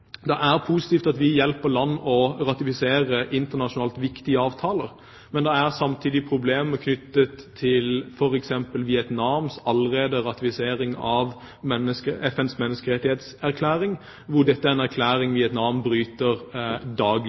Det er positivt at vi hjelper land med å ratifisere internasjonalt viktige avtaler, men det er samtidig problemer, f.eks. knyttet til at Vietnam allerede har ratifisert FNs menneskerettighetserklæring. Dette er en erklæring Vietnam bryter daglig,